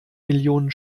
millionen